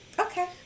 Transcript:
Okay